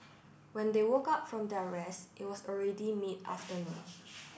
when they work up from their rest it was already mid afternoon